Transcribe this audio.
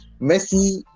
Messi